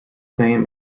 name